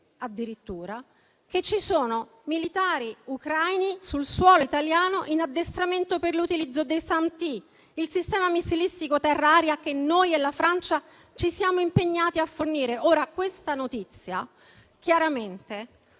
addirittura che ci sono militari ucraini sul suolo italiano in addestramento per l'utilizzo dei SAMP/T, il sistema missilistico terra-aria che noi e la Francia ci siamo impegnati a fornire. [**Presidenza del presidente